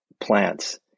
plants